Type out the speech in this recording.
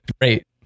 Great